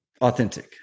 authentic